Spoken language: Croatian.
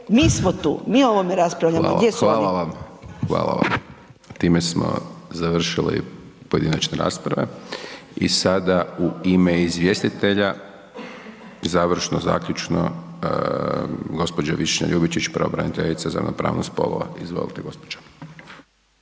Dončić, Siniša (SDP)** Hvala vam, hvala. Time smo završili pojedinačne rasprave i sada u ime izvjestitelja završno, zaključno gđa. Višnja Ljubičić, pravobraniteljica za ravnopravnost spolova, izvolite gospođo.